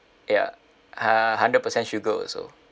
ya uh hundred percent sugar also